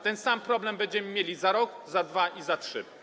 Ten sam problem będziemy mieli za rok, za 2 i za 3 lata.